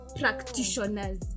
practitioners